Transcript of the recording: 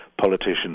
politicians